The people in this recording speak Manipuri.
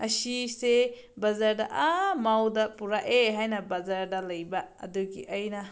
ꯑꯁꯤꯁꯦ ꯕꯖꯥꯔꯗ ꯑꯥ ꯃꯥꯎꯗ ꯄꯨꯔꯛꯑꯦ ꯍꯥꯏꯅ ꯕꯖꯥꯔꯗ ꯂꯩꯕ ꯑꯗꯨꯒꯤ ꯑꯩꯅ